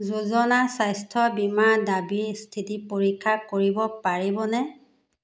যোজনা স্বাস্থ্য বীমা দাবী স্থিতি পৰীক্ষা কৰিব পাৰিবনে